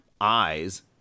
eyes